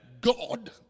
God